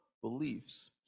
beliefs